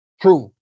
true